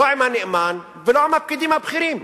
לא עם הנאמן ולא עם הפקידים הבכירים.